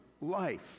life